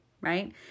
right